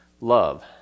love